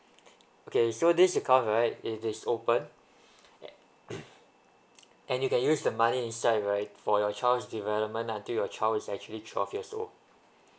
okay so this account right it is open at and you can use the money inside right for your child's development until your child is actually twelve years old